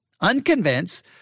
Unconvinced